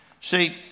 See